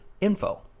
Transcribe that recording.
info